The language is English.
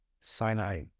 Sinai